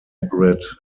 margaret